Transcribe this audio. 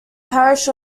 parish